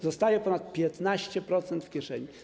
Zostaje ponad 15% w kieszeni.